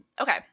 Okay